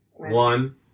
one